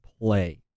play